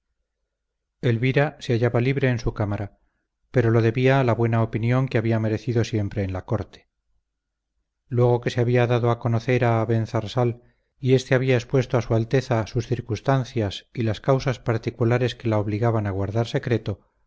elvira se hallaba libre en su cámara pero lo debía a la buena opinión que había merecido siempre en la corte luego que se había dado a conocer a abenzarsal y éste había expuesto a su alteza sus circunstancias y las causas particulares que la obligaban a guardar secreto